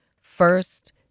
first